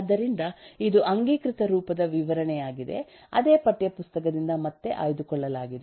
ಆದ್ದರಿಂದ ಇದು ಅಂಗೀಕೃತ ರೂಪದ ವಿವರಣೆಯಾಗಿದೆ ಅದೇ ಪಠ್ಯ ಪುಸ್ತಕದಿಂದ ಮತ್ತೆ ಆಯ್ದುಕೊಳ್ಳಲಾಗಿದೆ